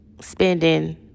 spending